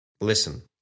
listen